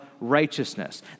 righteousness